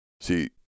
See